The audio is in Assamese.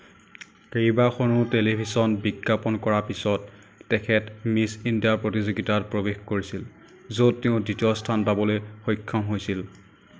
কেইবাখনো টেলিভিছন বিজ্ঞাপন কৰা পিছত তেখেত মিছ ইণ্ডিয়া প্ৰতিযোগিতাত প্ৰৱেশ কৰিছিল য'ত তেওঁ দ্বিতীয় স্থান পাবলৈ সক্ষম হৈছিল